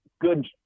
good